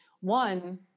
One